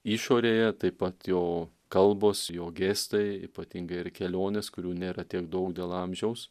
išorėje taip pat jo kalbos jo gestai ypatingai ir kelionės kurių nėra tiek daug dėl amžiaus